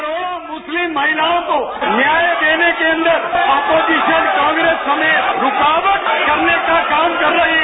करोड़ों मुस्लिम महिलाओं को न्याय देने के अंदर ऑपोजिशन कांग्रेस समेत रूकावट करने का काम कर रही है